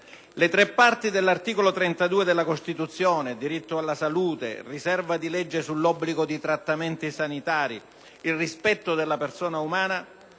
Le tre parti dell'articolo 32 della Costituzione (diritto alla salute, riserva di legge sull'obbligo di trattamenti sanitari e rispetto della persona umana)